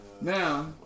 Now